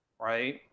right